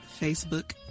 Facebook